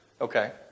okay